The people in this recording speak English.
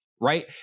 right